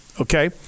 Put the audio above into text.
okay